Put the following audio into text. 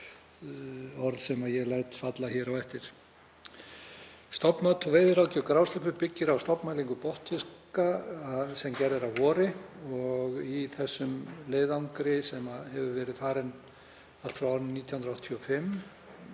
orðum sem ég læt falla hér á eftir. Stofnmat og veiðiráðgjöf grásleppu byggist á stofnmælingu botnfiska sem gerð er að vori. Í þessum leiðangri, sem hefur verið farinn allt frá árinu 1985